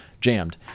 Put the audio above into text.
jammed